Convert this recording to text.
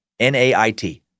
NAIT